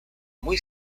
muy